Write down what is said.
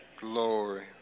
Glory